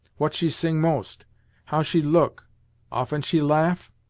what she sing most how she look often she laugh?